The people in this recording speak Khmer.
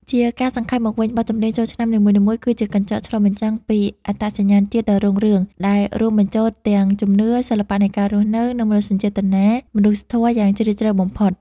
ជាការសង្ខេបមកវិញ បទចម្រៀងចូលឆ្នាំនីមួយៗគឺជាកញ្ចក់ឆ្លុះបញ្ចាំងពីអត្តសញ្ញាណជាតិដ៏រុងរឿង ដែលរួមបញ្ចូលទាំងជំនឿ សិល្បៈនៃការរស់នៅ និងមនោសញ្ចេតនាមនុស្សធម៌យ៉ាងជ្រាលជ្រៅបំផុត។